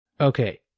Okay